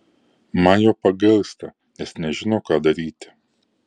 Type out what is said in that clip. man jo pagailsta nes nežino ką daryti